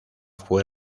fue